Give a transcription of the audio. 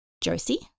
Josie